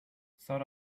sort